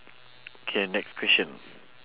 K next question